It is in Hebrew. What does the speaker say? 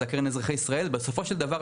אלא הקרן לאזרחי ישראל בסופו של דבר,